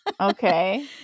Okay